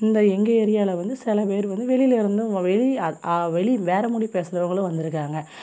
இந்த எங்கள் ஏரியாவில வந்து சில பேர் வந்து வெளியில இருந்து வெளியே வெளி வேறு மொழி பேசுகிறவங்களும் வந்திருக்காங்க